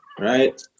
Right